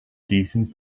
diesem